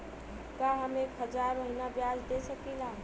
का हम एक हज़ार महीना ब्याज दे सकील?